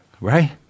Right